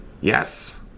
Yes